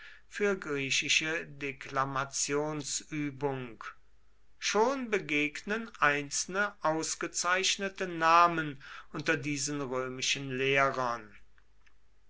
für griechische deklamationsübung schon begegnen einzelne ausgezeichnete namen unter diesen römischen lehrern